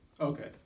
okay